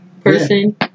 person